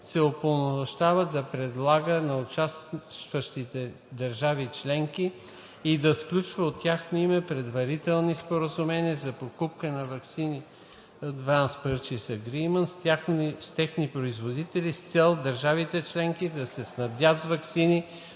се упълномощава да предлага на участващите държави членки и да сключва от тяхно име предварителни споразумения за покупка на ваксини (Advance Purchase Agreement) с техни производители с цел държавите членки да се снабдят с ваксини